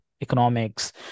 economics